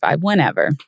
whenever